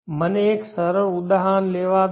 મને એક સરળ ઉદાહરણ લેવા દો